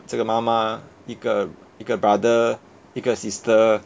这个妈妈一个一个 brother 一个 sister